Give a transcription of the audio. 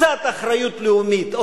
קצת אחריות לאומית,